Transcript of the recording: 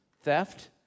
theft